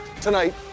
Tonight